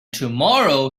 tomorrow